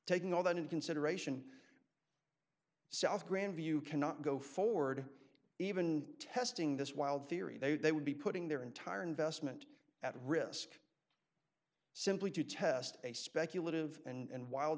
taking all that into consideration south grandview cannot go forward even testing this wild theory that they would be putting their entire investment at risk simply to test a speculative and wild